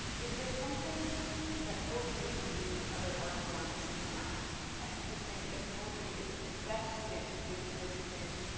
is there something that poetry can do that other art forms cannot? that you think that poetry is is best suited to do this thing